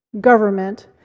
government